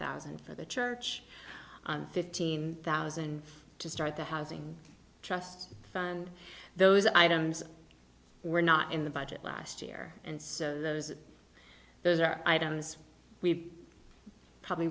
thousand for the church fifteen thousand to start the housing trust and those items were not in the budget last year and so those those are items we probably